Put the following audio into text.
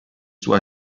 suo